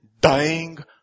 dying